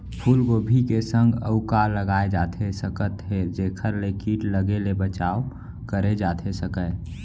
फूलगोभी के संग अऊ का लगाए जाथे सकत हे जेखर ले किट लगे ले बचाव करे जाथे सकय?